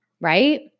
right